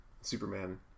Superman